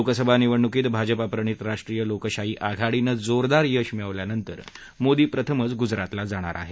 लोकसभा निवडणुकीत भाजप प्रणित राष्ट्रीय लोकशाही आघाडीनं जोरदार यश मिळवल्यानंतर मोदी प्रथमच गुजरातला जाणार आहेत